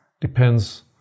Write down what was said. Depends